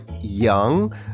young